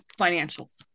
financials